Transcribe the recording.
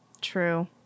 True